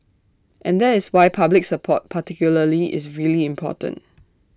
and that is why public support particularly is really important